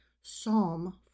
Psalm